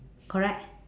correct